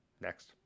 next